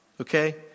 Okay